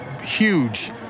huge